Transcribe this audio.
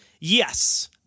Yes